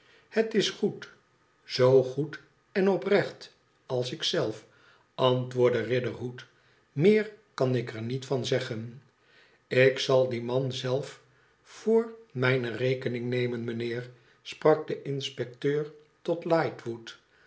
het is goed zoogoed en oprecht alsikzelf antwoordde riderhood meer kan ik er niet van zeggen ik zal dien man zelf voor mijne rekening nemen mijnheer sprak de inspectetu tot